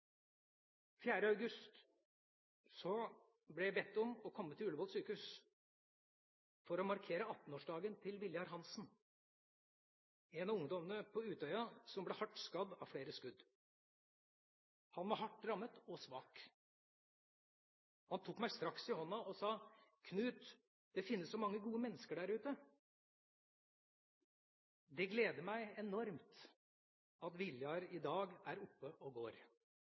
august ble jeg bedt om å komme til Ullevål sykehus for å markere 18-årsdagen til Viljar Hansen, en av ungdommene på Utøya som ble hardt skadet av flere skudd. Han var hardt rammet og svak. Han tok meg straks i hånda og sa: «Knut, det finnes så mange gode mennesker der ute.» Det gleder meg enormt at Viljar i dag er oppe og går